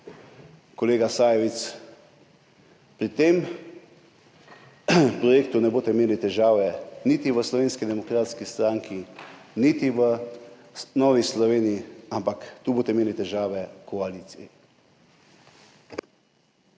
kolega Sajovic, pri tem projektu ne boste imeli težav niti v Slovenski demokratski stranki niti v Novi Sloveniji, ampak tu boste imeli težave v koaliciji.